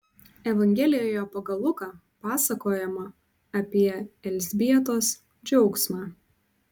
evangelijoje pagal luką pasakojama apie elzbietos džiaugsmą